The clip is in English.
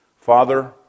Father